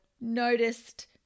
noticed